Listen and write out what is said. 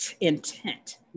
intent